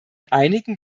einigen